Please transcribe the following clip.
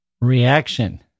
Reaction